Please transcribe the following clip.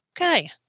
okay